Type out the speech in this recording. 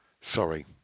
Sorry